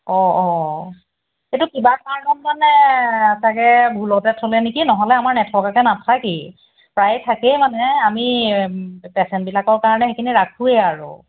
অ অ এইটো কিবা কাৰণত মানে চাগৈ ভুলতে থ'লে নেকি নহ'লে আমাৰ নথকাকৈ নাথাকেই প্ৰায়েই থাকেই মানে আমি পেচেণ্টবিলাকৰ কাৰণে সেইখিনি ৰাখোঁৱেই আৰু